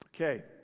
Okay